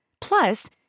Plus